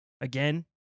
again